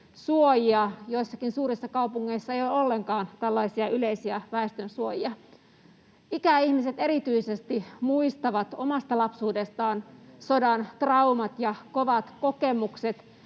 väestönsuojia. Joissakin suurissa kaupungeissa ei ole ollenkaan tällaisia yleisiä väestönsuojia. Ikäihmiset erityisesti muistavat omasta lapsuudestaan sodan traumat ja kovat kokemukset,